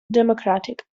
democratic